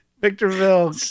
Victorville